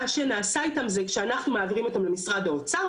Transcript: מה שנעשה איתם זה שאנחנו מעבירים אותם למשרד האוצר,